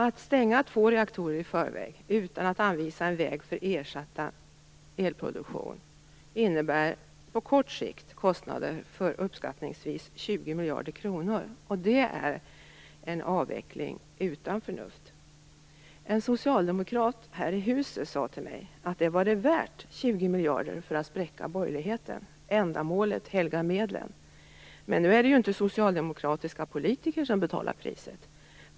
Att stänga två reaktorer i förväg utan att anvisa en väg för ersatt elproduktion innebär på kort sikt kostnader för uppskattningsvis 20 miljarder kronor. Det är en avveckling utan förnuft! En socialdemokrat här i huset sade till mig att det var värt 20 miljarder för att spräcka borgerligheten. Ändamålet helgar medlen. Men nu är det ju inte socialdemokratiska politiker som betalar priset.